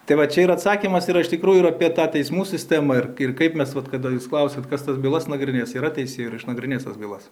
tai va čia ir atsakymas yra iš tikrųjų ir apie tą teismų sistemą ir ir kaip mes vat kada jūs klausiat kas tas bylas nagrinės yra taisėjų ir išnagrinėtas bylas